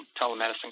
telemedicine